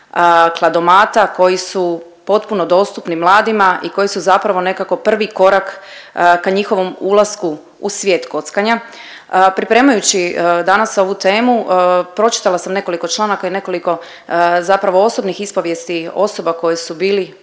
kladomata koji su potpuno dostupni mladima i koji su zapravo nekako prvi korak ka njihovom ulasku u svijet kockanja. Pripremajući danas ovu temu pročitala sam nekoliko članaka i nekoliko zapravo osobnih ispovijesti osoba koje su bili